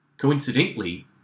Coincidentally